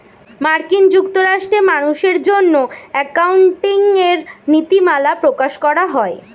মার্কিন যুক্তরাষ্ট্রে মানুষের জন্য অ্যাকাউন্টিং এর নীতিমালা প্রকাশ করা হয়